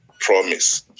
promise